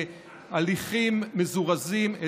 בהליכים מזורזים,